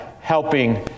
helping